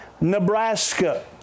Nebraska